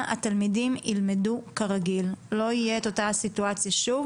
התלמידים ילמדו כרגיל ולא תהיה את אותה הסיטואציה שוב